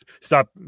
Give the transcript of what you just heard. stop